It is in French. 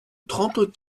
trente